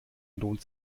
lohnt